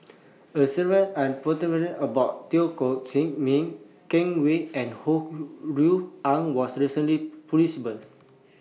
A series about Teo Koh Chin Miang Ken Kwek and Ho Rui An was recently